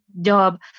job